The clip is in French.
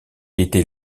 était